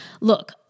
look